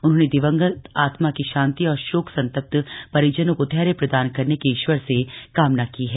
उन्होंने दिवंगत आत्मा की शांति और शोक संतप्त परिजनों को धैर्य प्रदान करने की ईश्वर से कामना की है